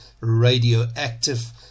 radioactive